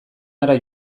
hara